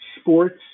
sports